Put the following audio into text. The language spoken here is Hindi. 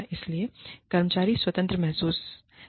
इसलिए कर्मचारी स्वतंत्र महसूस करते हैं